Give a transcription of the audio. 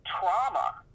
trauma